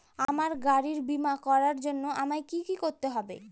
আমার গাড়ির বীমা করার জন্য আমায় কি কী করতে হবে?